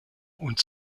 und